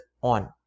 on